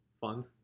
fun